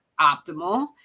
optimal